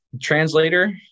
translator